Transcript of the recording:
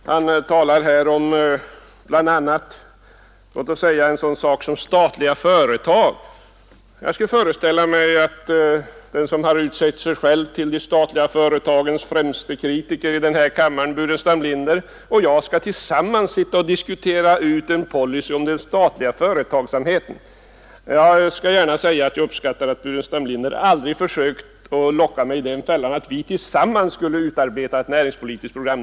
Bland annat nämnde han statliga företag. Jag skulle aldrig kunna föreställa mig att den som har utsett sig själv till de statliga företagens främste kritiker i kammaren, herr Burenstam Linder, och jag tillsammans skulle sätta oss ned och utarbeta en policy för den statliga företagsamheten. Jag uppskattar att herr Burenstam Linder aldrig har försökt locka mig i den fällan att vi tillsammans skulle utarbeta ett näringspolitiskt program.